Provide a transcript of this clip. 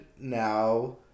now